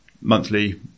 monthly